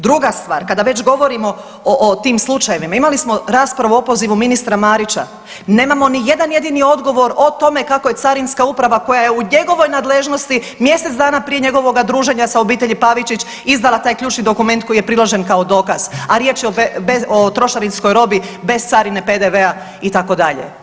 Druga stvar, kada već govorimo o tim slučajevima, imali smo raspravu o opozivu ministra Marića, nemamo ni jedan jedini odgovor o tome kako je carinska uprava koja je u njegovoj nadležnosti mjesec dana prije njegovoga druženja sa obitelji Pavičić izdala taj ključni dokument koji je priložen kao dokaz, a riječ je o trošarinskoj robi bez carine, PDV-a itd.